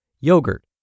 yogurt